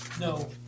No